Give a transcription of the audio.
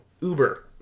Uber